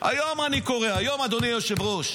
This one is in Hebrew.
היום אני קורא, היום, אדוני היושב-ראש: